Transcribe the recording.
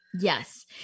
Yes